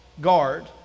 guard